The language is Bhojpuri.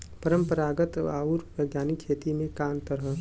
परंपरागत आऊर वैज्ञानिक खेती में का अंतर ह?